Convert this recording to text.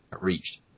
reached